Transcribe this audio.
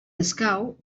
escau